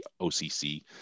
OCC